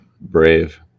brave